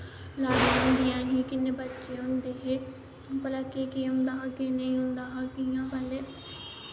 लाड़ियां होदियां ही किन्ने बच्चे होंदे हे भला केह् केह् होंदे हे केह् नेंई होंदा हा कियां पैह्ले